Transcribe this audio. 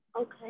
Okay